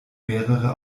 mehrere